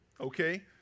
okay